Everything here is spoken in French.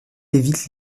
évite